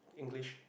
English